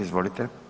Izvolite.